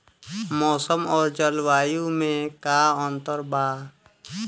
मौसम और जलवायु में का अंतर बा?